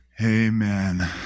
Amen